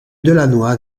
delannoy